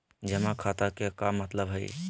जमा खाता के का मतलब हई?